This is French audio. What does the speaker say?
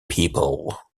people